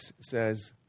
says